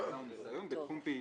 הבנה או ניסיון בתחום פעילותו.